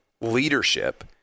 leadership